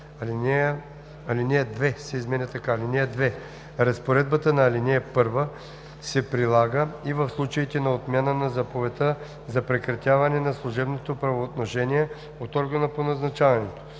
Алинея 2 се изменя така: „(2) Разпоредбата на ал. 1 се прилага и в случаите на отмяна на заповедта за прекратяване на служебното правоотношение от органа по назначаването.“